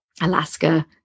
Alaska